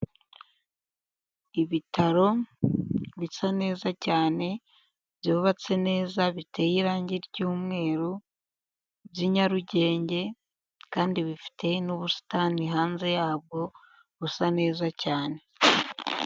Ibitaro bisa neza cyane, byubatse neza, biteye irangi ry'umweru, by'i Nyarugenge, kandi bifite n'ubusitani hanze yabwo busa neza cyane.